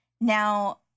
Now